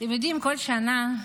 אתם יודעים, בכל שנה,